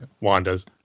Wanda's